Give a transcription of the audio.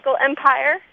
empire